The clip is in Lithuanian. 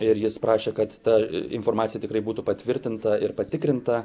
ir jis prašė kad ta informacija tikrai būtų patvirtinta ir patikrinta